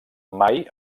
mai